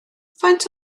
faint